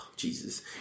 Jesus